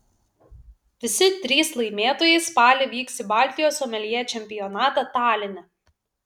visi trys laimėtojai spalį vyks į baltijos someljė čempionatą taline